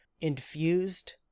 infused